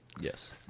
Yes